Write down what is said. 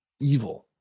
evil